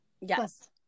Yes